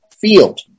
field